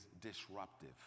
disruptive